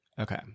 Okay